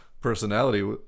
personality